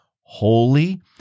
holy